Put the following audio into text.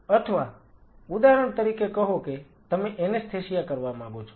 અથવા ઉદાહરણ તરીકે કહો કે તમે એનેસ્થેસિયા કરવા માંગો છો